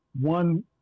one